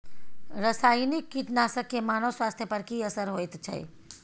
रसायनिक कीटनासक के मानव स्वास्थ्य पर की असर होयत छै?